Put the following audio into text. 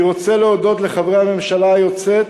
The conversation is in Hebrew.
אני רוצה להודות לחברי הממשלה היוצאת